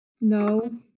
No